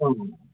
औ